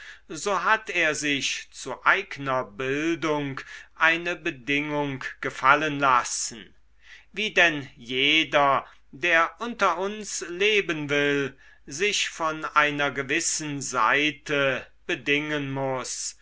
so hat er sich zu eigner bildung eine bedingung gefallen lassen wie denn jeder der unter uns leben will sich von einer gewissen seite bedingen muß